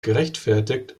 gerechtfertigt